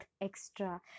extra